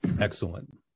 Excellent